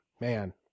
Man